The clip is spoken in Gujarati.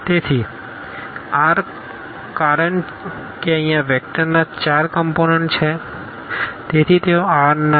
તેથી R કારણ કે અહીં આ વેક્ટરના ચાર કમપોનન્ટ છે તેથી તેઓ R ના છે